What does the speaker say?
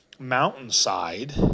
mountainside